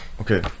Okay